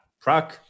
Prague